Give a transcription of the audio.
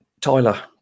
tyler